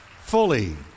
fully